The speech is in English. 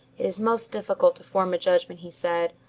it is most difficult to form a judgment, he said.